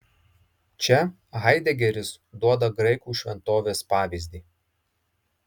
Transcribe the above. čia haidegeris duoda graikų šventovės pavyzdį